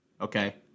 okay